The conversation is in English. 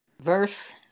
verse